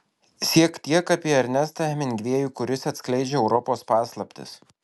siek tiek apie ernestą hemingvėjų kuris atskleidžia europos paslaptis